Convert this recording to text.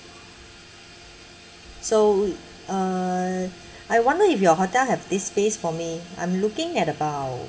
so uh I wonder if your hotel have this space for me I'm looking at about